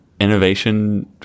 innovation